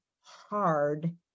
hard